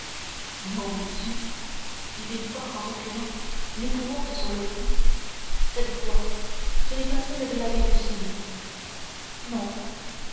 mon dieu fit villefort en reculant l'épouvante sur le front cette voix ce n'est pas celle de l'abbé busoni non